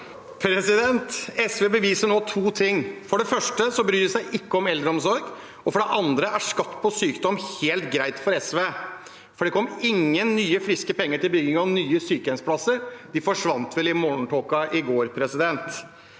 SV beviser nå to ting. For det første bryr de seg ikke om eldreomsorg. For det andre er skatt på sykdom helt greit for SV, for det kom ingen nye, friske penger til bygging av nye sykehjemsplasser. De forsvant vel i morgentåka i går. Etter